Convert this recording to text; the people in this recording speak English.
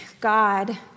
God